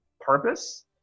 purpose